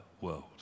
world